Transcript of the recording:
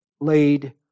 laid